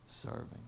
serving